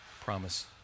promise